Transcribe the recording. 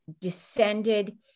descended